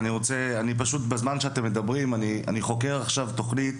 פשוט בזמן שאתם מדברים אני חוקר עכשיו תוכנית